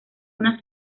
una